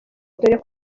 dore